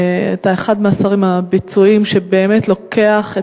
שאתה אחד מהשרים הביצועיים שבאמת לוקח את